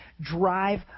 drive